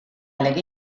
lege